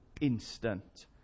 instant